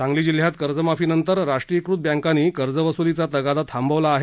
सांगली जिल्ह्यात कर्जमाफीनंतर राष्ट्रीयीकृत बँकांनी कर्जवसुलीचा तगादा थांबवला आहे